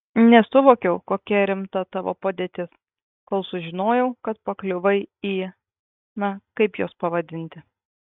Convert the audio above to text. nesuvokiau kokia rimta tavo padėtis kol sužinojau kad pakliuvai į na kaip juos pavadinti